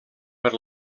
per